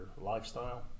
lifestyle